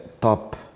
top